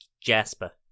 Jasper